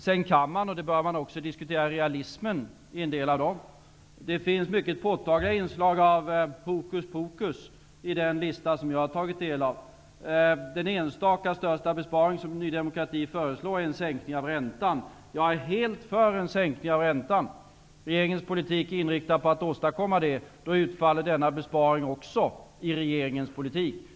Sedan kan man, och det bör man också göra, diskutera realismen i en del av dem. Det finns mycket påtagliga inslag av hokus pokus i den lista som jag har tagit del av. Den största enstaka besparing som Ny demokrati föreslår är en sänkning av räntan. Jag är helt för sänkning av räntan. Regeringens politik är inriktad på att åstadkomma det. Då utfaller denna besparing också i regeringens politik.